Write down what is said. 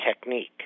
technique